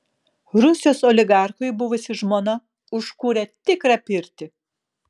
rusijos oligarchui buvusi žmona užkūrė tikrą pirtį